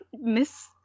miss